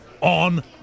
on